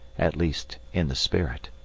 at least in the spirit.